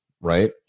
right